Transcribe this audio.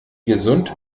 gesund